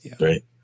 right